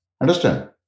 Understand